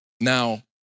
Now